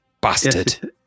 Bastard